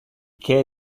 che